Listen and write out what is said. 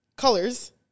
colors